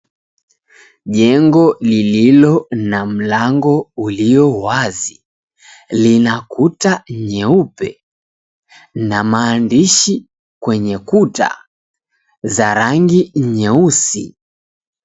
Jengo lililo na mlango ulio wazi lina kuta nyeupe na maandishi kwenye kuta za rangi nyeusi.